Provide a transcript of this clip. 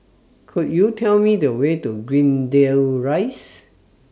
Could YOU Tell Me The Way to Greendale Rise